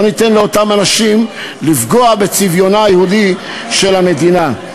לא ניתן לאותם אנשים לפגוע בצביונה היהודי של המדינה.